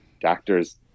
doctors